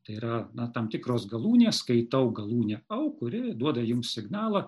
tai yra na tam tikros galūnės skaitau galūnė au kuri duoda jums signalą